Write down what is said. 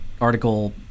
article